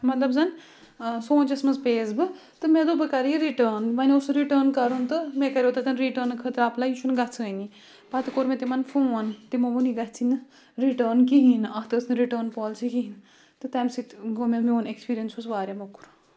مطلَب زَن سونٛچَس منٛز پیٚیَس بہٕ تہٕ مےٚ دۆپ بہٕ کَرٕ یہِ رِٹٲن وَنہِ اوس رِٹٲن کَرُن تہٕ مےٚ کَریو تَتؠن رِٹٲن خٲطرٕ اؠپلاے یہِ چھُنہٕ گَژھٲنی پَتہٕ کۆر مےٚ تِمَن فون تِمو وۆن یہِ گَژھی نہٕ رِٹٲن کِہیٖنۍ نہٕ اَتھ ٲس نہٕ رِٹٲن پالِسی کِہیٖنۍ تہٕ تَمہِ سۭتۍ گوٚو مےٚ میون اؠکٕسپیٖرِیَنٕس اوس واریاہ موٚکُر